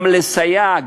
גם לסייע,